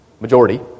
Majority